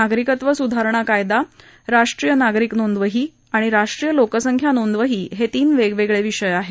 नागरिक सुधारणा कायदा राष्ट्रीय नागरिक नोंदवही आणि राष्ट्रीय लोकसंख्या नोंदवही हे तिन्ही वेगवेगळे विषय आहेत